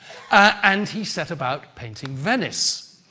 and he set about painting venice.